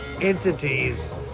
entities